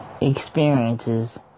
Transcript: Experiences